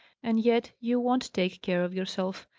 and yet you won't take care of yourself!